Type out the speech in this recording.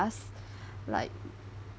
like